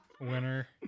winner